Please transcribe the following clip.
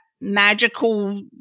magical